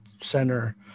center